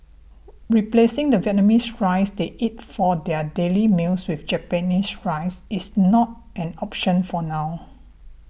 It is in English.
replacing the Vietnamese rice they eat for their daily meals with Japanese rice is not an option for now